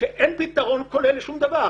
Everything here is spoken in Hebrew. שאין פתרון כולל לשום דבר.